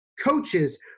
coaches